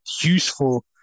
useful